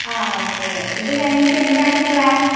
ആ ഓക്കേ ഇത് കഴിഞ്ഞിട്ടെന്താണ് പ്ലാൻ